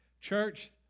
Church